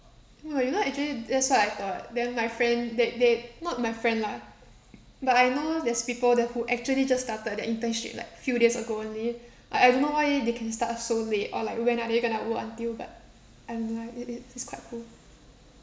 oh you know actually that's what I thought then my friend they they not my friend lah but I know there's people that who actually just started their internship like few days ago only I I don't know why they can start so late or like when are they going to work until but I don't know ah it it it's quite cool